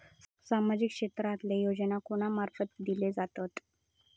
सामाजिक क्षेत्रांतले योजना कोणा मार्फत दिले जातत?